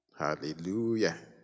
Hallelujah